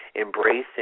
embracing